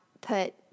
put